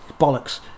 bollocks